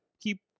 keep